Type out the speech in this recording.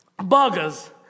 buggers